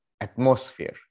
atmosphere